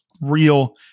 real